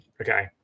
Okay